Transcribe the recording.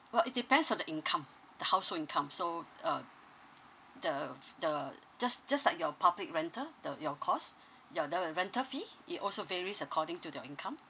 well it depends on the income the household income so uh the f~ the just just like your public rental the your cost your the rental fee it also varies according to your income